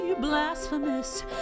blasphemous